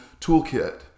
toolkit